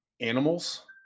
animals